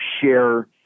share